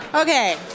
Okay